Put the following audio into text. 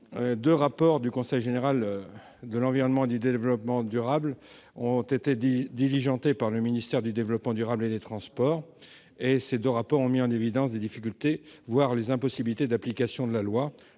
Deux rapports du Conseil général de l'environnement et du développement durable, le CGEDD, diligentés par le ministère chargé du développement durable et des transports, ont mis en évidence les difficultés, voire les impossibilités d'application de la loi.